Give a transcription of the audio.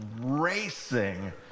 racing